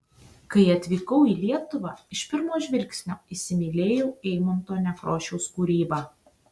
kai atvykau į lietuvą iš pirmo žvilgsnio įsimylėjau eimunto nekrošiaus kūrybą